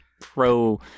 pro